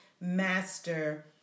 master